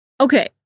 Okay